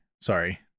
sorry